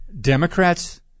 Democrats